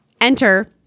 Enter